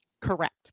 correct